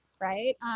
right